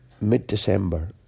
mid-December